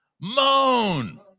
Moan